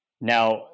Now